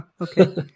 okay